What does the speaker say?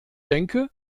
denke